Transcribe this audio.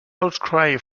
outcry